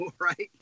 right